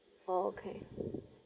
oh okay